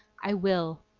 i will!